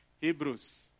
Hebrews